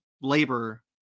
labor